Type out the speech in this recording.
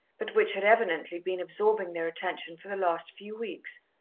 but which had evidently been absorbing their attention for the last few weeks.